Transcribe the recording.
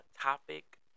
topic